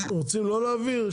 רוצים לא להעביר?